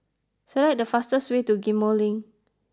select the fastest way to Ghim Moh Link